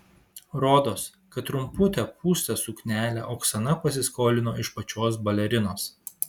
rodos kad trumputę pūstą suknelę oksana pasiskolino iš pačios balerinos